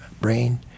brain